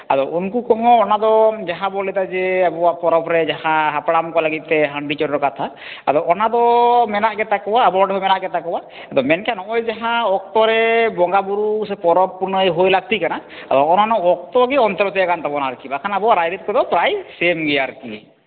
ᱩᱱᱠᱩ ᱠᱚᱦᱚᱸ ᱚᱱᱟ ᱫᱚ ᱡᱟᱦᱟᱸ ᱵᱚ ᱞᱟᱹᱭᱫᱟ ᱡᱮ ᱟᱵᱚᱣᱟᱜ ᱯᱚᱨᱚᱵ ᱨᱮ ᱡᱟᱦᱟᱸ ᱦᱟᱯᱲᱟᱢ ᱠᱚ ᱞᱟᱹᱜᱤᱫ ᱛᱮ ᱦᱟᱺᱰᱤ ᱪᱚᱰᱚᱨ ᱠᱟᱛᱷᱟ ᱟᱫᱚ ᱚᱱᱟ ᱫᱚ ᱢᱮᱱᱟᱜ ᱜᱮᱛᱟ ᱠᱚᱣᱟ ᱟᱵᱚ ᱚᱸᱰᱮ ᱦᱚᱸ ᱢᱮᱱᱟᱜ ᱜᱮᱛᱟᱠᱚᱣᱟ ᱢᱮᱱᱠᱷᱟᱱ ᱦᱚᱸᱜᱼᱚᱭ ᱡᱟᱦᱟᱸ ᱚᱠᱛᱚ ᱨᱮ ᱵᱚᱸᱜᱟ ᱵᱩᱨᱩ ᱥᱚ ᱯᱚᱨᱚᱵᱽ ᱯᱩᱱᱟᱹᱭ ᱦᱩᱭ ᱞᱟᱠᱛᱤ ᱠᱟᱱᱟ ᱚᱱᱮᱚᱱᱟ ᱚᱠᱛᱚ ᱜᱮ ᱚᱱᱛᱮ ᱱᱚᱛᱮᱭᱟᱠᱟᱱ ᱛᱟᱵᱚᱱᱟ ᱟᱨᱠᱤ ᱵᱟᱠᱷᱟᱱ ᱟᱵᱚᱣᱟᱜ ᱨᱟᱭᱨᱤᱛ ᱠᱚᱫᱚ ᱯᱨᱟᱭ ᱥᱮᱢ ᱜᱮᱭᱟ ᱟᱨᱠᱤ